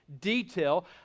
detail